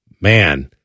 man